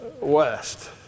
west